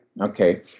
okay